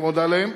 ומודה להם.